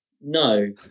no